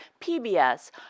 PBS